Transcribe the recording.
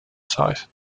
site